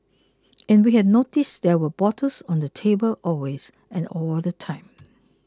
and we had noticed there were bottles on the table always and all the time